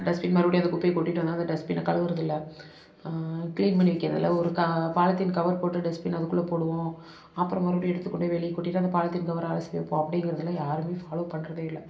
dustbin மறுபடியும் அந்த குப்பையை கொட்டிவிட்டு வந்தாலும் அந்த டஸ்ட்பின கழுவுவது இல்லை கிளீன் பண்ணி வைக்கிறது இல்லை ஒரு பாலித்தீன் கவர் போட்டு டஸ்பின் அதுக்குள்ளே போடுவோம் அப்புறம் மறுபடியும் எடுத்து கொண்டு போய் வெளியே கொட்டிவிட்டு அந்த பாலித்தீன் கவரை அலசி வைப்போம் அப்டிங்கிறதுலாம் யாரும் ஃபாலோ பண்ணுறதே இல்லை